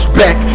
back